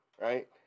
Right